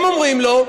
הם אומרים לו: